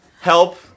help